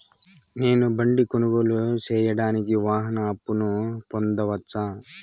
నేను బండి కొనుగోలు సేయడానికి వాహన అప్పును పొందవచ్చా?